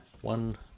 one